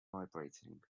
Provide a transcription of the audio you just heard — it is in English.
vibrating